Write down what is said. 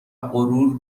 غرور